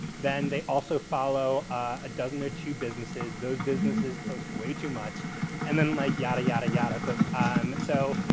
then they also follow a dozen or two businesses. those businesses post way too much and then like yada, yada, yada. but um so,